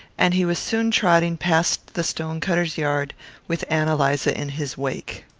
and he was soon trotting past the stone-cutter's yard with ann eliza in his wake.